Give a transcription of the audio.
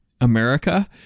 america